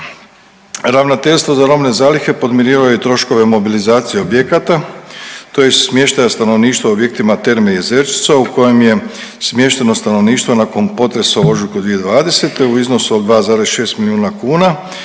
Ravnateljstvo za robne zalihe podmirivao je troškove mobilizacije objekata tj. smještaja stanovništva u objektima Terme Jezerčica u kojem je smješteno stanovništvo nakon potresa u ožujku 2020. u iznosu od 2,6 milijuna kuna,